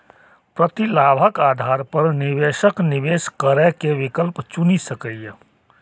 प्रतिलाभक आधार पर निवेशक निवेश करै के विकल्प चुनि सकैए